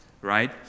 right